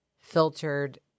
filtered